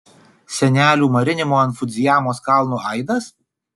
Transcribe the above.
senelių marinimo ant fudzijamos kalno aidas